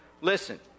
listen